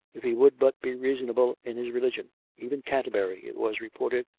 if he would but be reasonable in his religion even canterbury, it was reported,